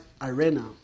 arena